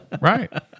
right